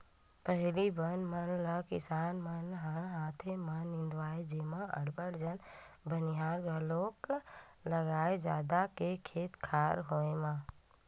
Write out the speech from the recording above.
पहिली बन मन ल किसान मन ह हाथे म निंदवाए जेमा अब्बड़ झन बनिहार घलोक लागय जादा के खेत खार के होय म